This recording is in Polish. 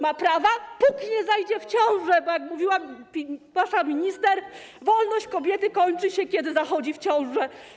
Ma prawa, póki nie zajdzie w ciążę, bo jak mówiła wasza minister: wolność kobiety kończy się, kiedy zachodzi w ciążę.